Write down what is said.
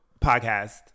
podcast